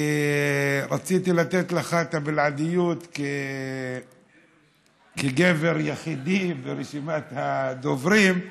כי רציתי לתת לך את הבלעדיות כגבר יחידי ברשימת הדוברים,